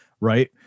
right